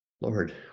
Lord